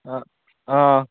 অঁ অঁ